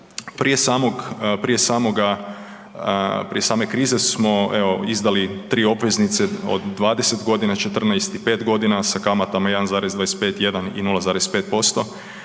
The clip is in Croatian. Prije same krize smo izdali tri obveznice od 20 godina, 14 i 5 godina sa kamatama 1,251 i 0,5%